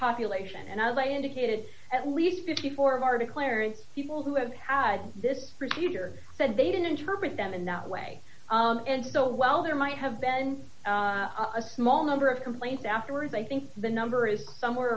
population and i indicated at least fifty four of our declaring people who have had this procedure said they didn't interpret them in that way and so well there might have been a small number of complaints afterwards i think the number is somewhere